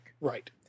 Right